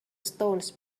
stones